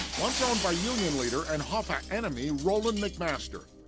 once owned by union leader and hoffa enemy row land mcmaster.